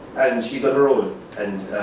and she's on her own and